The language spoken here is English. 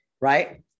right